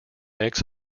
mix